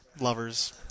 lovers